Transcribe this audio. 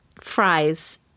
fries